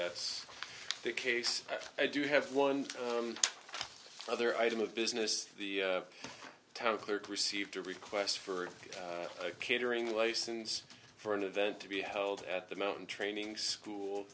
that's the case i do have one other item of business the town clerk received a request for a catering license for an event to be held at the mountain training school